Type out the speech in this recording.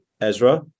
Ezra